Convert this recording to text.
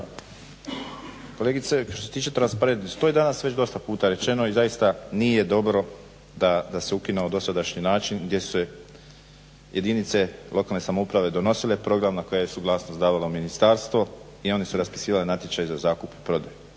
kolegice što se tiče transparentnosti, to je danas već dosta puta rečeno i zaista nije dobro da se ukine ovaj dosadašnji način gdje se jedinice lokalne samouprave donosile program na koji je suglasnost davalo ministarstvo i oni su raspisivali natječaj za zakup i prodaju